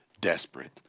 desperate